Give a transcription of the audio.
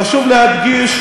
חשוב להדגיש